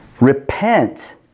Repent